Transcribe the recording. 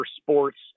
sports